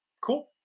Cool